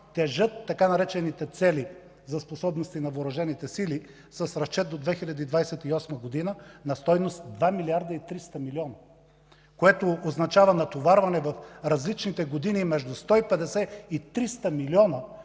тежат така наречените „цели” за способности на Въоръжените сили с разчет до 2028 г. на стойност 2 милиарда и 300 милиона, което означава натоварване в различните години между 150 и 300 милиона